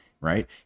right